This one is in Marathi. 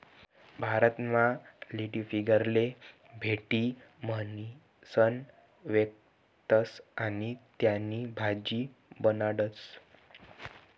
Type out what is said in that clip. भारतमा लेडीफिंगरले भेंडी म्हणीसण व्यकखतस आणि त्यानी भाजी बनाडतस